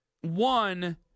one